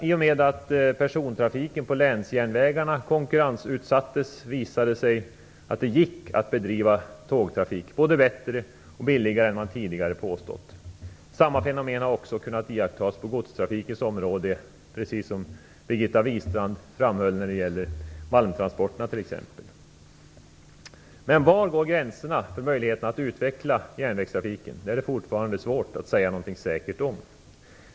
I och med att persontrafiken på länsjärnvägarna konkurrensutsattes visade det sig att det gick att bedriva tågtrafik både bättre och billigare än man tidigare hade påstått. Samma fenomen har kunnat iakttas på godstrafikens område, precis som Birgitta Wistrand tidigare nämnde när det gällde malmtransporterna. Men var går gränserna för möjligheterna att utveckla järnvägstrafiken är det fortfarande svårt att säga något säkert om.